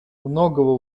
многого